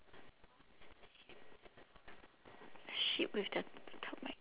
sheep with the top right